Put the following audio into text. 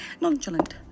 Nonchalant